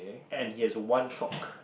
and he has one sock